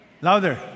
Louder